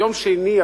יום שני,